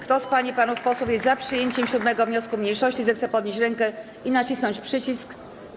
Kto z pań i panów posłów jest za przyjęciem 7. wniosku mniejszości, zechce podnieść rękę i nacisnąć przycisk.